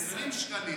20 שקלים.